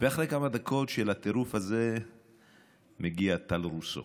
אחרי כמה דקות של הטירוף הזה מגיע טל רוסו